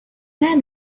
man